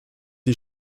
die